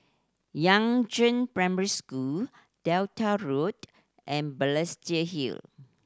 Yangzheng Primary School Delta Road and Balestier Hill